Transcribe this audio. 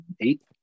eight